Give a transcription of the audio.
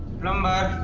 plumber.